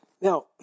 Now